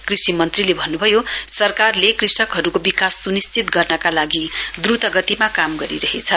कृषि मन्त्रीले भन्नुभयो सरकारले कृषकहरूको विकास सुनिश्चित गर्नका लागि द्रुतगतिमा काम गरिरहेछ